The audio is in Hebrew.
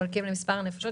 מחלקים למספר הנפשות,